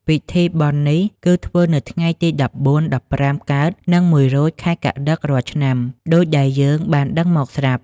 ពីធីបុណ្យនេះគឺធ្វើនៅថ្ងៃ ១៤-១៥ កើត និង ១ រោច ខែកត្តិក រាល់ឆ្នាំ ដូចដែលយើងបានដឹងមកស្រាប់។